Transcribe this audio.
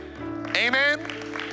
Amen